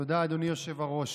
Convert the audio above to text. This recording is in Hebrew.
תודה, אדוני היושב-ראש.